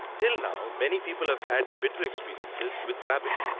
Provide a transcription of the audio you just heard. till now many people have had bitter experiences with rabbit,